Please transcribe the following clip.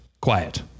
Quiet